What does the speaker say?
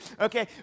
Okay